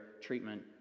treatment